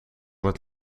het